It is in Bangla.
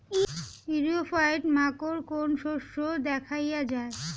ইরিও ফাইট মাকোর কোন শস্য দেখাইয়া যায়?